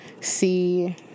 see